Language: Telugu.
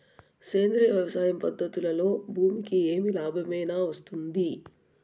సేంద్రియ వ్యవసాయం పద్ధతులలో భూమికి ఏమి లాభమేనా వస్తుంది?